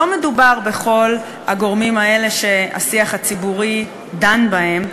לא מדובר בכל הגורמים האלה שהשיח הציבורי דן בהם.